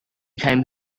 came